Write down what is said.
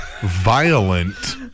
violent